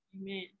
amen